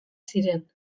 ziren